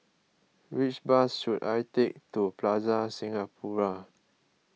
which bus should I take to Plaza Singapura